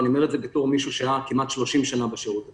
אני אומר את זה בתור מישהו שהיה כמעט 30 שנה בשירות הציבורי.